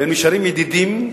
ונשארים ידידים,